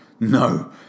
No